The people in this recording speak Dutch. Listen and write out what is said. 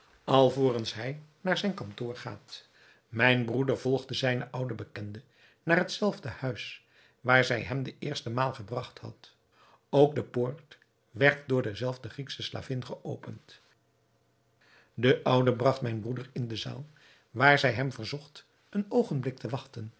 alvorens hij naar zijn kantoor gaat mijn broeder volgde zijne oude bekende naar het zelfde huis waar zij hem de eerste maal gebragt had ook de poort werd door de zelfde grieksche slavin geopend de oude bragt mijn broeder in de zaal waar zij hem verzocht een oogenblik te wachten